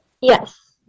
Yes